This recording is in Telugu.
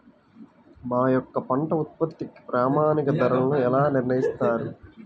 మా యొక్క పంట ఉత్పత్తికి ప్రామాణిక ధరలను ఎలా నిర్ణయిస్తారు?